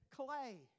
Clay